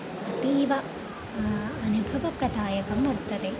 अतीव अनुभवप्रदायकं वर्तते